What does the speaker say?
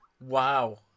Wow